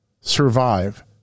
survive